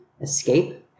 escape